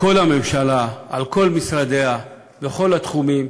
כל הממשלה, על כל משרדיה, בכל התחומים.